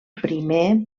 primer